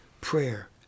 Prayer